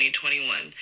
2021